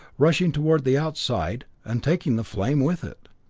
rushing toward the outside, and taking the flame with it.